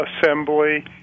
Assembly